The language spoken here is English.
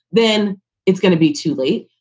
then it's going to be too late.